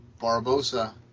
Barbosa